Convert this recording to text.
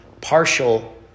partial